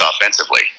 offensively